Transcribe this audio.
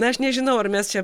na aš nežinau ar mes čia